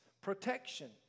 Protection